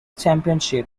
championship